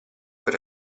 per